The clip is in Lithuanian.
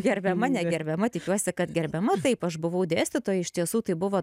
gerbiama negerbiama tikiuosi kad gerbiama taip aš buvau dėstytoja iš tiesų tai buvo